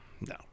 No